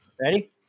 Ready